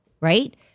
right